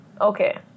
okay